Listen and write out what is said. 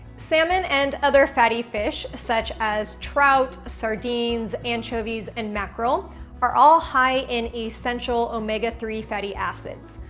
salmon and other fatty fish such as trout, sardines, anchovies, and mackerel are all high in essential omega three fatty acids,